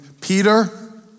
Peter